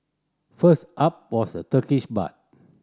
first up was the Turkish bath